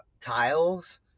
tiles